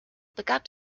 begab